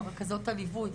עם רכזות הליווי?